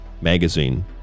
magazine